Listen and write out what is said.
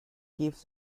keeps